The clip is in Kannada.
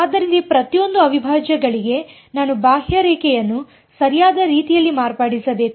ಆದ್ದರಿಂದ ಈ ಪ್ರತಿಯೊಂದು ಅವಿಭಾಜ್ಯಗಳಿಗೆ ನಾನು ಬಾಹ್ಯರೇಖೆಯನ್ನು ಸರಿಯಾದ ರೀತಿಯಲ್ಲಿ ಮಾರ್ಪಡಿಸಬೇಕು